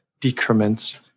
decrements